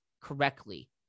correctly